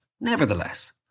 Nevertheless